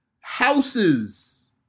houses